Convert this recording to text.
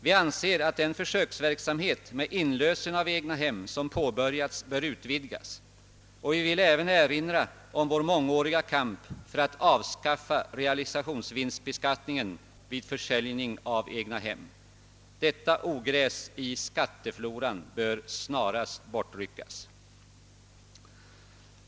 Vi anser att den försöksverksamhet med inlösen av egnahem som påbörjats bör utvidgas, och vi vill även erinra om vår mångåriga kamp för att avskaffa realisationsvinstbeskattningen vid försäljning av egnahem. Detta ogräs i skattefloran bör snarast boriryckas.